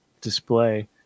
display